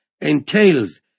entails